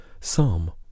Psalm